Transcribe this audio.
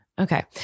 Okay